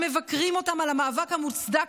וגם אתם מבקרים אותם כרגע על המאבק המוצדק